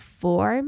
four